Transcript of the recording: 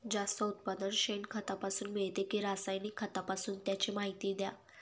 जास्त उत्पादन शेणखतापासून मिळते कि रासायनिक खतापासून? त्याची माहिती द्या